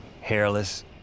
hairless